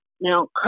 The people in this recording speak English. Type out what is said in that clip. Now